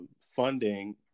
funding